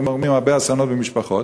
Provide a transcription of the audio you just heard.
גורמים הרבה אסונות במשפחות,